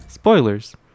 Spoilers